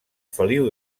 feliu